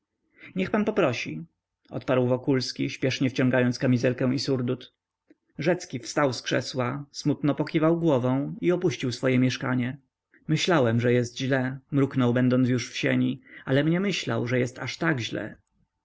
niech pan poprosi odparł wokulski śpiesznie wciągając kamizelkę i surdut rzecki wstał z krzesła smutno pokiwał głową i opuścił swoje mieszkanie myślałem że jest źle mruknął będąc już w sieni alem nie myślał że jest aż tak źle